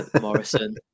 Morrison